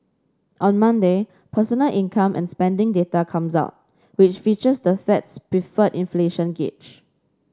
on Monday personal income and spending data comes out which features the Fed's preferred inflation gauge